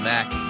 Mac